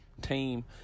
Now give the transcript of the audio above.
team